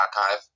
archive